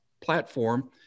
platform